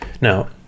Now